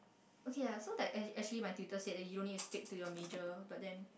okay lah so like actually my tutor said you don't need to stick to your major but then